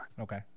Okay